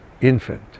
infant